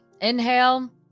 inhale